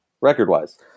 record-wise